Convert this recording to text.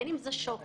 בין אם זה שוחד,